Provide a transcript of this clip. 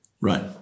Right